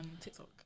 TikTok